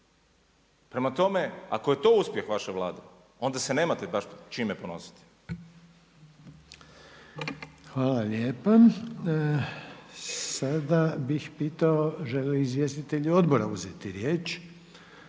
Prema tome, ako je to uspjeh vaše Vlade ona se nemate baš čime ponositi. **Reiner, Željko (HDZ)** Hvala lijepa. Sada bih pitao žele li izvjestitelji odbora uzeti riječ?